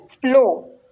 flow